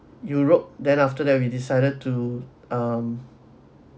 europe then after that we decided to um